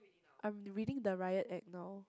I'm reading the Riot Act now